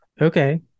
Okay